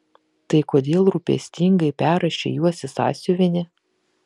tai kodėl rūpestingai perrašei juos į sąsiuvinį